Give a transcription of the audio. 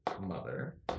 mother